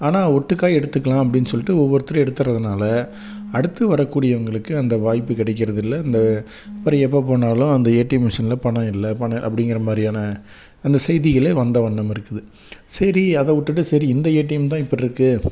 ஆனால் ஒட்டுக்காக எடுத்துக்கலாம் அப்படின் சொல்லிட்டு ஒவ்வொருத்தரும் எடுத்துட்றதுனால அடுத்து வரக்கூடியவங்களுக்கு அந்த வாய்ப்பு கிடைக்கறதுல்ல அந்த இப்படி எப்போபோனாலும் அந்த ஏடிஎம் மிஷனில் பணம் இல்லை பணம் அப்படிங்குறமாரியான அந்த செய்திகளை வந்த வண்ணம் இருக்குது சரி அதை விட்டுட்டு சரி இந்த ஏடிஎம் தான் இப்புட்ருக்கு